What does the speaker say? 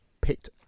picked